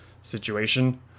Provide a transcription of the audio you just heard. situation